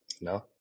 No